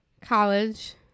college